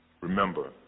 Remember